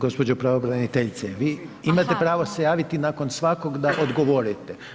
Gđo. pravobraniteljice, vi imate pravo se javiti nakon svakog da odgovorite.